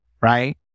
right